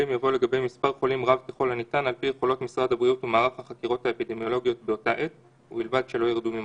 כל תוכנה או מפרט תוכנה המשמשים בטכנולוגיה לאיתור מגעים".